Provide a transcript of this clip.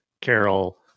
carol